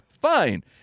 fine